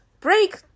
break